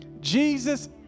Jesus